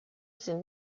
sind